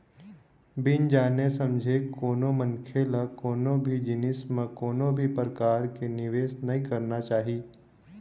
बिन जाने समझे कोनो मनखे ल कोनो भी जिनिस म कोनो भी परकार के निवेस नइ करना चाही